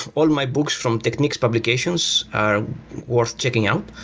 all my books from techniques publications are worth checking out.